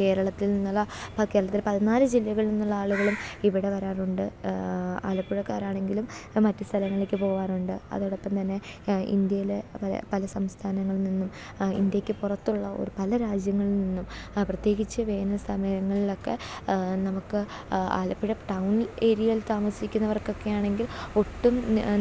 കേരളത്തിൽ നിന്നുള്ള ഇപ്പം കേരളത്തിൽ പതിനാല് ജില്ലകളിൽ നിന്നുള്ള ആളുകളും ഇവിടെ വരാറുണ്ട് ആലപ്പുഴക്കാരാണെങ്കിലും മറ്റു സ്ഥലങ്ങളിലേക്ക് പോകാറുണ്ട് അതോടൊപ്പം തന്നെ ഇന്ത്യയിലെ പല പല സംസ്ഥാനങ്ങളിൽ നിന്നും ഇന്ത്യയ്ക്ക് പുറത്തുള്ള പല രാജ്യങ്ങളിൽ നിന്നും പ്രത്യേകിച്ച് വേനൽ സമയങ്ങളിലൊക്കെ നമുക്ക് ആലപ്പുഴ ടൗൺ ഏരിയയിൽ താമസിക്കുന്നവർക്കൊക്കെയാണെങ്കിൽ ഒട്ടും